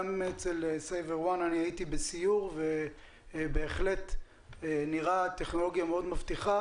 גם אצל סייברוואן הייתי בסיור ובהחלט נראה טכנולוגיה מאוד מבטיחה.